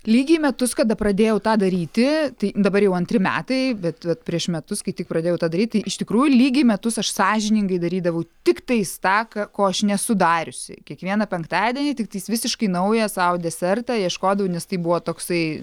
lygiai metus kada pradėjau tą daryti tai dabar jau antri metai bet vat prieš metus kai tik pradėjau tą daryt iš tikrųjų lygiai metus aš sąžiningai darydavau tiktais tą ko aš nesu dariusi kiekvieną penktadienį tiktais visiškai naują sau desertą ieškodavau nes tai buvo toksai